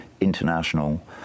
international